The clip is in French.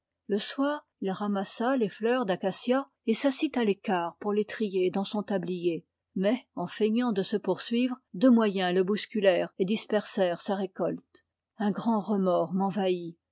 le soir il ramassa les fleurs d'acacia et s'assit à l'écart pour les trier dans son tablier mais en feignant de se poursuivre deux moyens le bousculèrent et dispersèrent sa récolte un grand remords m'envahit